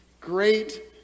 great